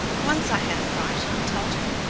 once i had a fright, he told her.